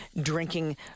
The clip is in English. drinking